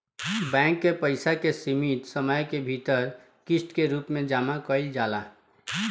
bank के पइसा के सीमित समय के भीतर किस्त के रूप में जामा कईल जाला